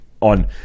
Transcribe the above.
on